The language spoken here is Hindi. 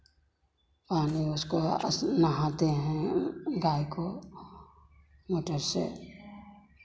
पहले उसको अस नहाते हैं गाय को मोटर से